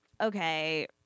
okay